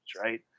right